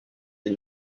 des